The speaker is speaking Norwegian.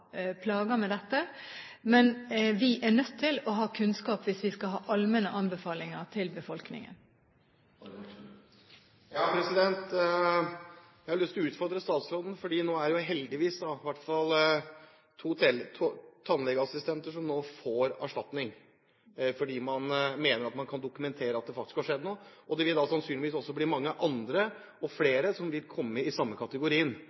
plager med dette, men vi er nødt til å ha kunnskap hvis vi skal ha allmenne anbefalinger til befolkningen. Nå er det jo heldigvis to tannlegeassistenter som får erstatning fordi man mener at man kan dokumentere at det faktisk har skjedd noe. Det vil sannsynligvis også bli mange andre og flere som vil komme i samme